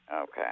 Okay